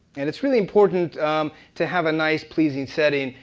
and it's really important to have a nice, pleasing setting,